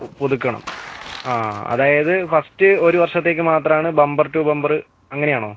ഓ പുതുക്കണം ആ അതായത് ഫസ്റ്റ് ഒരു വർഷത്തേക്ക് മാത്രം ആണ് ബംബർ ടു ബംബർ അങ്ങനെ ആണോ